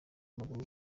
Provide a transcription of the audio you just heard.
w’amaguru